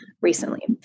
recently